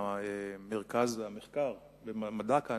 מרכז המחקר והמידע כאן,